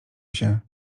się